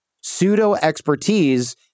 pseudo-expertise